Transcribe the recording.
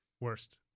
Worst